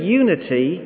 unity